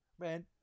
Man